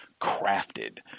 crafted